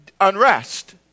unrest